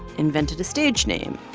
invented a stage name.